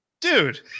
Dude